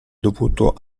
dovuto